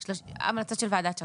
ההמלצות של ועדת שרשבסקי,